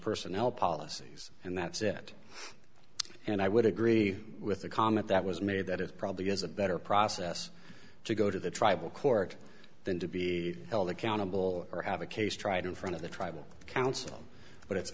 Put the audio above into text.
personnel policies and that's it and i would agree with the comment that was made that it probably is a better process to go to the tribal court than to be held accountable or have a case tried in front of the tribal council but it's